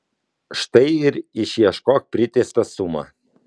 štai ir išieškok priteistą sumą